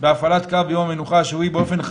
הפעלת קווי תחבורה ציבורית בשבת ללא ביקוש וללא